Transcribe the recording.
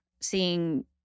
seeing